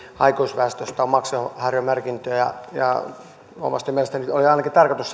aikuisväestöstä on maksuhäiriömerkintöjä mutta omasta mielestäni sanoin oli ainakin tarkoitus